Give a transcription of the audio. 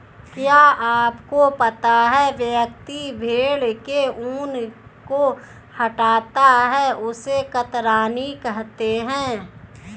क्या आपको पता है व्यक्ति भेड़ के ऊन को हटाता है उसे कतरनी कहते है?